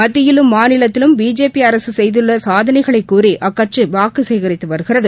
மத்தியிலும் மாநிலத்திலும் பிஜேபி அரசு செய்துள்ள சாதனைகளைக்கூறி அக்கட்சி வாக்கு சேகித்து வருகிறது